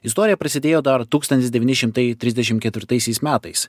istorija prasidėjo dar tūkstantis devyni šimtai trisdešim ketvirtaisiais metais